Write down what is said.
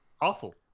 Awful